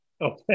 Okay